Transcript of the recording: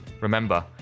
Remember